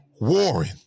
Warren